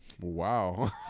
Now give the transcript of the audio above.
wow